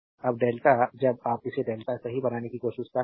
अब डेल्टा जब आप इसे डेल्टा सही बनाने की कोशिश कर रहे हैं